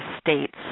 states